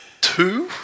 two